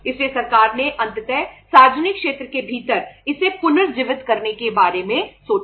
इसलिए सरकार ने अंततः सार्वजनिक क्षेत्र के भीतर इसे पुनर्जीवित करने के बारे में सोचा